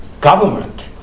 government